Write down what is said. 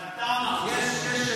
את זה אתה אמרת.